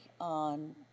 on